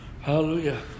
Hallelujah